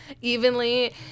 evenly